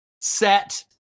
set